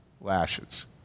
lashes